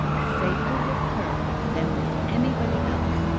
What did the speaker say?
safer with her than with anybody else.